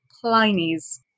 Pliny's